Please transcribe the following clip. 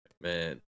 Man